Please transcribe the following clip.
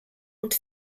und